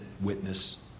witness